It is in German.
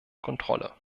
kontrolle